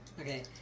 Okay